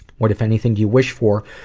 what, if anything, do you wish for?